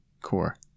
core